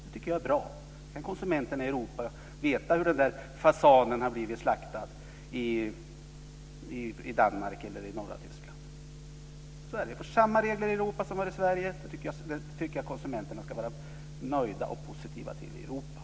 Jag tycker att det är bra att konsumenterna i Europa får veta hur fasanen har blivit slaktad i Danmark eller i norra Tyskland. Så är det. Vi får samma regler i övriga Europa som här i Sverige. Det tycker jag att konsumenterna i Europa ska vara nöjda med och positiva till.